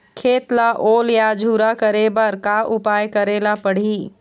खेत ला ओल या झुरा करे बर का उपाय करेला पड़ही?